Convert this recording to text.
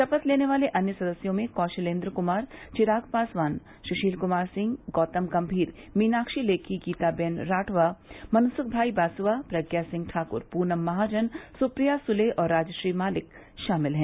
शपथ लेने वाले अन्य सदस्यों में कौशलेन्द्र क्मार चिराग पासवान सुशील क्मार सिंह गौतम गम्भीर मीनाक्षी लेखी गीताबेन राठवा मनसुख भाई वासवा प्रज्ञा सिंह ठाक्र पूनम महाजन सुप्रिया सुले और राजश्री मलिक शामिल हैं